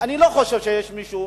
אני לא חושב שמישהו